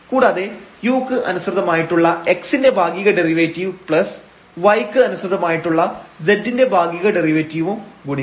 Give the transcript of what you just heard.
കൂടാതെ u ക്ക് അനുസൃതമായിട്ടുള്ള x ന്റെ ഭാഗിക ഡെറിവേറ്റീവ് y ക്ക് അനുസൃതമായിട്ടുള്ള z ന്റെ ഭാഗിക ഡെറിവേറ്റീവും ഗുണിക്കണം